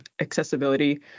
accessibility